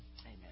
Amen